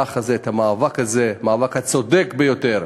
המהלך הזה, את המאבק הזה, המאבק הצודק ביותר,